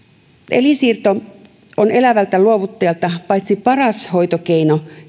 elinsiirto elävältä luovuttajalta on paitsi paras hoitokeino